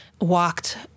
walked